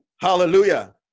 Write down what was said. hallelujah